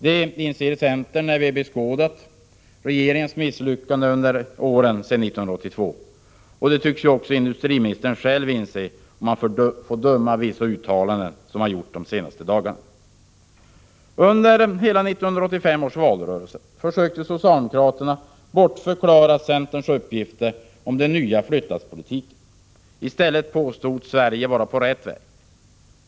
Det inser centern när vi beskådat regeringens misslyckanden under åren sedan 1982. Och det tycks ju industriministern själv inse, om man får döma av vissa uttalanden som han gjort de senaste dagarna. Under 1985 års valrörelse försökte socialdemokraterna bortförklara centerns uppgifter om den nya flyttlasspolitiken. I stället påstods ”Sverige vara på rätt väg”.